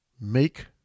make